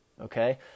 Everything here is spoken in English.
Okay